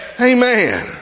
Amen